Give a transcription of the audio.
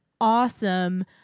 awesome